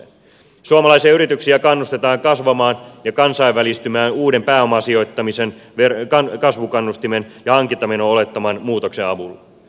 suomalaisia yrityksiä kannustetaan kasvamaan ja kansainvälistymään uuden pääomasijoittamisen kasvukannustimen ja hankintameno olettaman muutoksen avulla